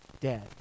dead